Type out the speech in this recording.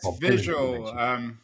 visual